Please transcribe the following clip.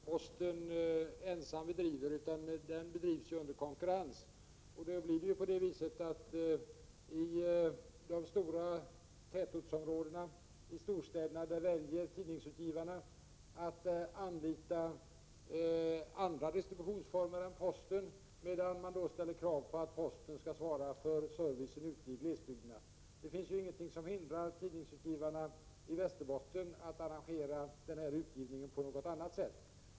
Herr talman! Man får skilja mellan olika delar när det gäller postens uppgifter. Tidningsutdelningen är inte något som posten ensam bedriver, utan den bedrivs ju under konkurrens. Således väljer tidningsutgivarna i de stora tätortsområdena och storstäderna andra distributionsformer. Men på posten ställer man kravet att den skall svara för servicen ute i glesbygderna. Ingenting hindrar tidningsutgivarna i Västerbotten att arrangera tidningsutgivningen på något annat sätt.